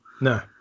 no